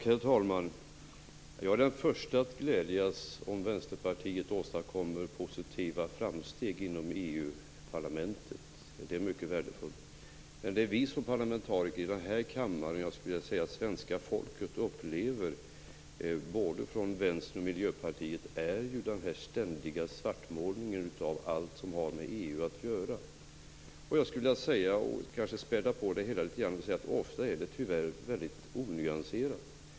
Herr talman! Jag är den första att glädjas om Vänsterpartiet åstadkommer positiva framsteg inom EU-parlamentet. Det är mycket värdefullt. Men det vi som parlamentariker i denna kammare och svenska folket upplever både från Vänstern och Miljöpartiet är denna ständiga svartmålning av allt som har med EU att göra. Jag skulle vilja späda på det hela litet grand genom att säga att det ofta är väldigt onyanserat.